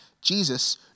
Jesus